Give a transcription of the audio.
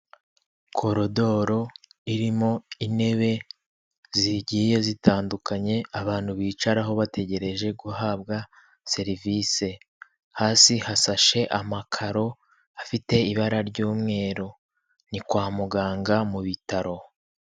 Korodoro irimo intebe zigiye zitandukanye abantu bicaraho bategereje guhabwa serivisi, hasi hasashe amakaro afite ibara ry'umweru, ni kwa muganga mu bitaro.